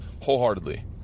wholeheartedly